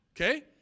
Okay